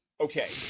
Okay